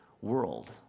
world